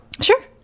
Sure